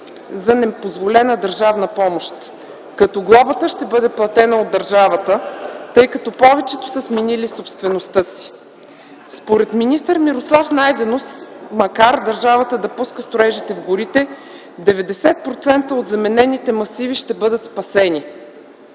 за непозволена държавна помощ, като глобата ще бъде платена от държавата, тъй като повечето са сменили собствеността си. Според министър Мирослав Найденов, макар държавата да пуска строежите в горите, 90% от заменените масиви ще бъдат спасени,